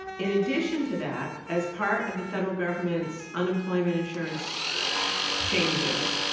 in addition to that, as part of the federal government's unemployment insurance changes,